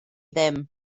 ddim